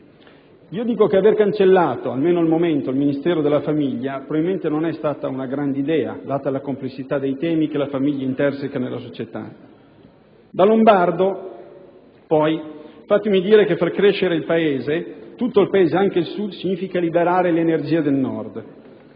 Io dico che aver cancellato, almeno al momento, il Ministero della famiglia, probabilmente non è stata una grande idea, data la complessità dei temi che la famiglia interseca nella società. Da lombardo, poi, fatemi dire che far crescere il Paese, tutto il Paese, anche il Sud, significa liberare le energie del Nord.